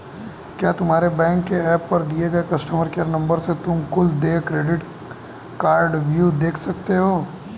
क्या तुम्हारे बैंक के एप पर दिए गए कस्टमर केयर नंबर से तुम कुल देय क्रेडिट कार्डव्यू देख सकते हो?